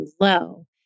low